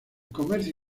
comercio